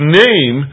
name